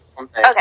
Okay